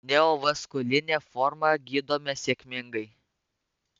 neovaskulinę formą gydome sėkmingai